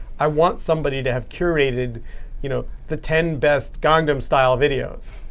i want somebody to have curated you know the ten best gangnam style videos.